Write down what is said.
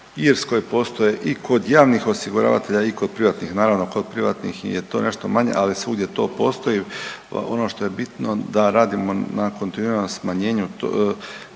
Irskoj, postoje i kod javnih osiguravatelja i kod privatnih. Naravno, kod privatnih je to nešto manje, ali svugdje to postoji, ono što je bitno da radimo na kontinuiranom smanjenju